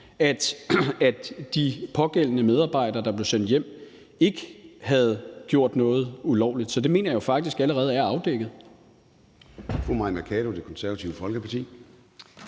at de pågældende medarbejdere, der blev sendt hjem, ikke havde gjort noget ulovligt. Så det mener jeg jo faktisk allerede er afdækket.